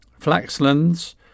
Flaxlands